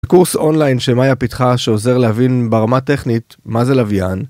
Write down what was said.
קורס אונליין שמאיה פיתחה שעוזר להבין ברמה הטכנית מה זה לַוְויָן.